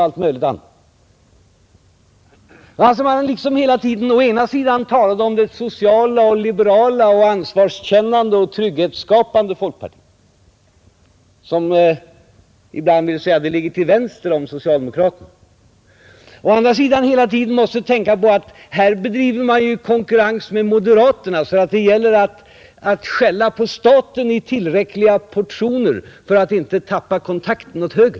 Det var som om han å ena sidan talade om det sociala och liberala, ansvarskännande och trygghetsskapande folkpartiet, som ibland vill säga att det ligger till vänster om socialdemokraterna, å andra sidan hela tiden måste tänka på att man konkurrerar med moderaterna och därför måste skälla på staten i tillräckliga portioner för att inte tappa kontakten åt höger.